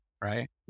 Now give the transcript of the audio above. right